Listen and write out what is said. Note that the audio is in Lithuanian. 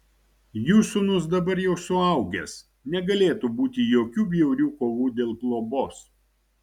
jų sūnus dabar jau suaugęs negalėtų būti jokių bjaurių kovų dėl globos